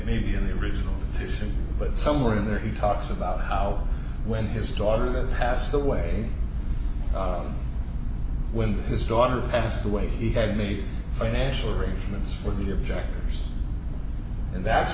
maybe in the original mission but somewhere in there he talks about how when his daughter that passed away when his daughter passed away he had made financial arrangements for the objectors and that's